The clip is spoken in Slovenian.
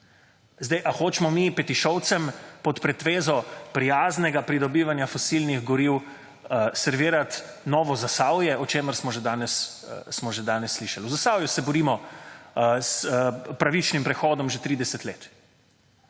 Zdaj ali hočemo mi Petišovcem pod pretvezo prijaznega pridobivanja fosilnih goriv servirati novo Zasavje, o čemer smo že danes slišali. V Zasavju se borimo s pravičnim prehodom že 30 let